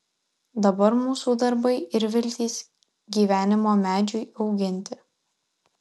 dabar mūsų darbai ir viltys gyvenimo medžiui auginti